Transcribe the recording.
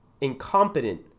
incompetent